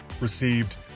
received